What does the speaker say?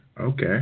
Okay